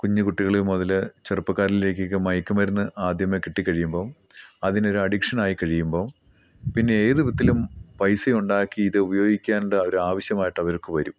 കുഞ്ഞു കുട്ടികൾ മുതൽ ചെറുപ്പക്കരിലേകൊക്കെ മയക്കു മരുന്ന് ആദ്യമേ കിട്ടി കഴിയുമ്പം അതിന് ഒരു അഡിക്ഷനായി കഴിയുമ്പോൾ പിന്നെ ഏത് വിധത്തിലും പൈസ ഉണ്ടാക്കി ഇത് ഉപയോഗിക്കേണ്ട ഒരു ആവശ്യമായിട്ട് അവർക്ക് വരും